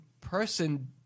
person